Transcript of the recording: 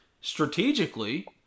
strategically